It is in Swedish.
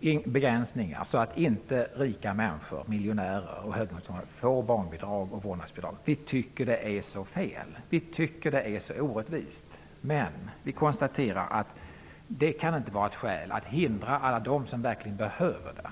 en begränsning så att inte rika människor, miljonärer och höginkomsttagare får barnbidrag och vårdnadsbidrag. Vi tycker att det är fel och orättvist. Men vi konstaterar att det inte kan vara ett skäl för att hindra det för dem som verkligen behöver det.